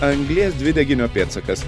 anglies dvideginio pėdsakas